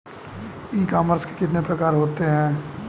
ई commerce के कितने प्रकार होते हैं?